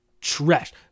Trash